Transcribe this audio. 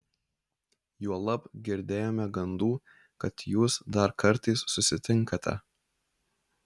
juolab girdėjome gandų kad jūs dar kartais susitinkate